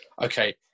okay